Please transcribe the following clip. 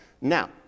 Now